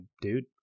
dude